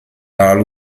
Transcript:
alla